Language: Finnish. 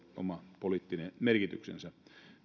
oma poliittinen merkityksensä